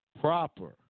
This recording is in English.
proper